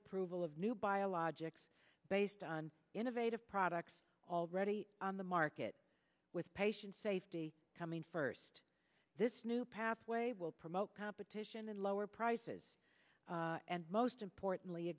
approval of new biologics based on innovative products already on the market with patient safety coming first this new pathway will promote competition and lower prices and most importantly